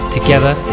Together